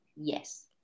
yes